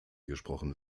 gesprochen